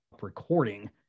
recording